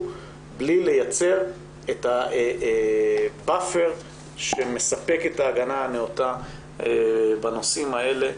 בלי לייצר את הבאפר שמספק את ההגנה הנאותה בנושאים האלה.